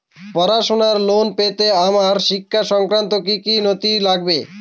পড়াশুনোর লোন পেতে আমার শিক্ষা সংক্রান্ত কি কি নথি লাগবে?